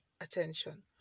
attention